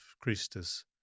Christus